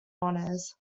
honors